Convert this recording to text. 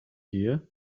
year